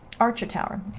archer tower.